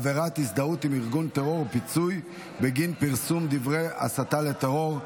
עבירת הזדהות עם ארגון טרור ופיצוי בגין פרסום דברי הסתה לטרור),